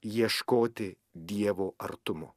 ieškoti dievo artumo